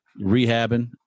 rehabbing